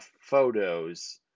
photos